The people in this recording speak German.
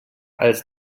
als